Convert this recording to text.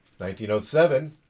1907